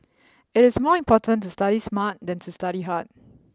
it is more important to study smart than to study hard